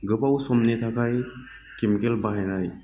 गोबाव समनि थाखाय केमिकेल बाहायनाय